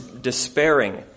despairing